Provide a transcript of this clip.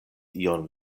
ion